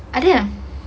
ada yang